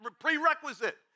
prerequisite